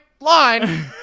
line